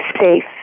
safe